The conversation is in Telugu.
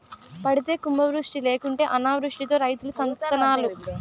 పడితే కుంభవృష్టి లేకుంటే అనావృష్టితో రైతులు సత్తన్నారు